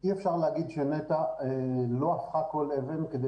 שאי אפשר להגיד שנת"ע לא הפכה כל אבן כדי